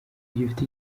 gifite